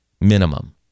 minimum